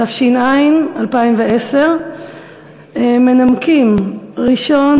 התש"ע 2010. מנמקים: הראשון,